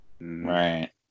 Right